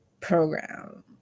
program